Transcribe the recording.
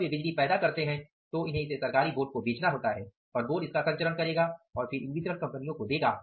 जब वे बिजली पैदा करते हैं तो उन्हें इसे सरकारी बोर्ड को बेचना पड़ता है और बोर्ड इसका संचरण करेगा और फिर इसे वितरण कंपनियों को देगा